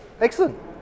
Excellent